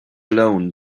alone